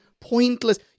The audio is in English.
pointless